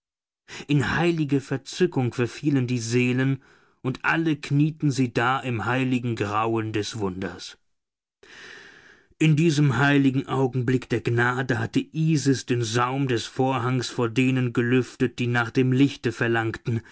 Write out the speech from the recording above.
in heilige verzückung verfielen die seelen und alle knieten sie da im heiligen grauen des wunders in diesem heiligen augenblick der gnade hatte isis den saum des vorhangs vor denen gelüftet die nach dem lichte verlangten